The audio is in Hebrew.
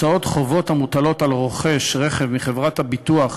מוצעות חובות המוטלות על רוכש רכב מחברת הביטוח,